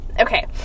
Okay